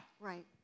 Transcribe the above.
Right